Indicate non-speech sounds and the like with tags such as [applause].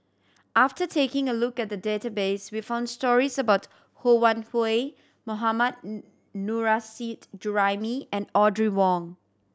after taking a look at the database we found stories about Ho Wan Hui Mohammad [unintelligible] Nurrasyid Juraimi and Audrey Wong